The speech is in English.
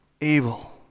evil